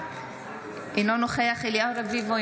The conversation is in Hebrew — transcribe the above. אינו נוכח אליהו רביבו,